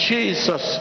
Jesus